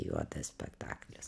juodas spektaklis